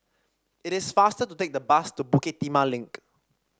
it is faster to take the bus to Bukit Timah Link